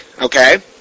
okay